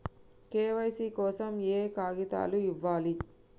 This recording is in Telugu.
కే.వై.సీ కోసం ఏయే కాగితాలు ఇవ్వాలి?